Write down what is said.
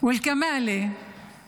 וזה בדיוק מה שקורה לנו עם בן גביר.